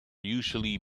usually